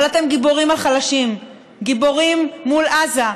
אבל אתם גיבורים על חלשים, גיבורים מול עזה.